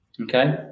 Okay